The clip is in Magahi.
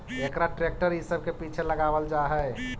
एकरा ट्रेक्टर इ सब के पीछे लगावल जा हई